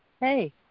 Hey